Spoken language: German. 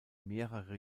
mehrere